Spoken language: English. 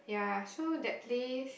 yeah so that place